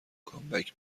کامبک